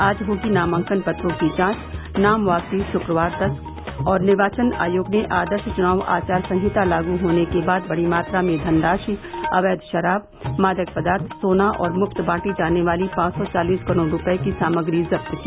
आज होगी नामांकन पत्रों की जांच नाम वापसी शुक्रवार तक निर्वाचन आयोग ने आदर्श चुनाव आचार संहिता लागू होने के बाद बड़ी मात्रा में धनराशि अवैध शराब मादक पदार्थ सोना और मुफ्त बांटी जाने वाली पांच सौ चालिस करोड़ रुपये की सामग्री जब्त की